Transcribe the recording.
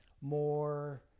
more